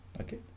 Okay